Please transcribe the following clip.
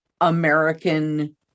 American